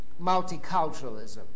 multiculturalism